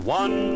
one